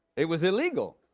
it was illegal.